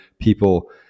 people